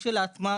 כשלעצמה,